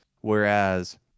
whereas